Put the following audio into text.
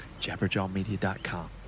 jabberjawmedia.com